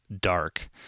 Dark